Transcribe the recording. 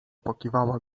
pokiwała